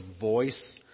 voice